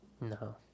no